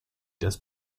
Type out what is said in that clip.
des